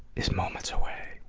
is moments away.